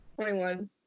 21